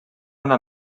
una